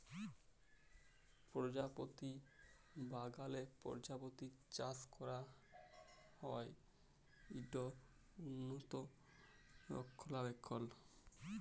পরজাপতি বাগালে পরজাপতি চাষ ক্যরা হ্যয় ইট উল্লত রখলাবেখল